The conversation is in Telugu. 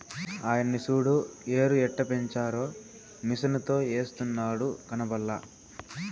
ఆయన్ని సూడు ఎరుయెట్టపెంచారో మిసనుతో ఎస్తున్నాడు కనబల్లా